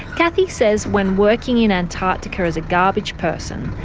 kathy says when working in antarctica as a garbage-person,